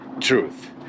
truth